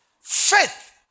Faith